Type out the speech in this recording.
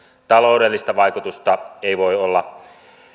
taloudellista vaikutusta ei voi olla